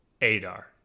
Adar